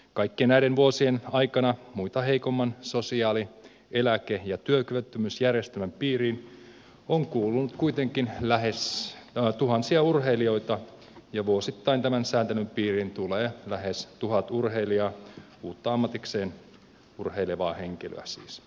kaikkien näiden vuosien aikana muita heikomman sosiaali eläke ja työkyvyttömyysjärjestelmän piiriin on kuulunut kuitenkin tuhansia urheilijoita ja vuosittain tämän sääntelyn piiriin tulee lähes tuhat uutta urheilijaa ammatikseen urheilevaa henkilöä siis